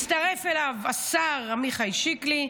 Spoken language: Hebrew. הצטרף אליו השר עמיחי שיקלי,